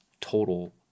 total